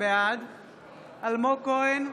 בעד אלמוג כהן,